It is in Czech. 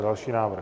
Další návrh?